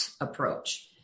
approach